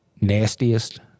nastiest